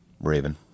Raven